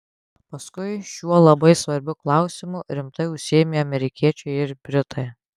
paskui šiuo labai svarbiu klausimu rimtai užsiėmė amerikiečiai ir britai